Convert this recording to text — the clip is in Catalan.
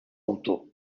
autor